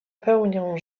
pełnią